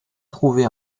trouvé